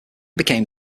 became